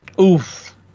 Oof